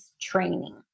training